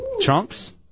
Chunks